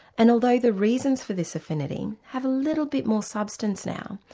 and although the reasons for this affinity have a little bit more substance now,